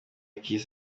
kiss